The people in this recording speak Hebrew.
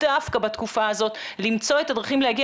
דווקא בתקופה הזאת למצוא את הדרכים להגיע